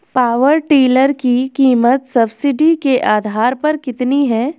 Power tiller की कीमत subsidy के आधार पर कितनी है?